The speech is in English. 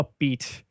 upbeat